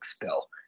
bill